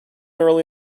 early